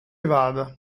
vada